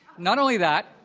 not only that,